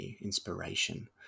inspiration